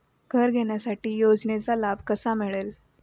घर घेण्यासाठी योजनेचा लाभ कसा मिळेल?